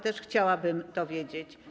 Też chciałabym to wiedzieć.